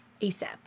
asap